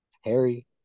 Harry